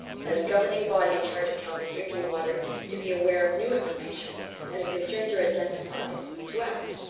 as governing body in charge of calgary's drinking water to be aware of new information and of concerns are identified to act.